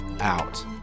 out